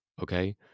okay